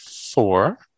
four